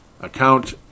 account